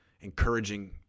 encouraging